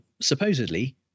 supposedly